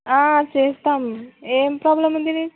చేస్తాం ఏమి ప్రాబ్లమ్ ఉంది